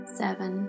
seven